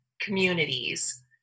communities